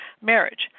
marriage